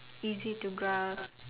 easy to grasp